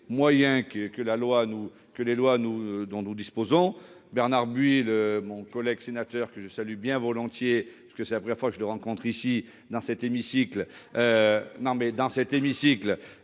confèrent les lois dont nous disposons. Avec Bernard Buis, mon collègue sénateur, que je salue bien volontiers, puisque c'est la première fois que je le rencontre dans cet hémicycle,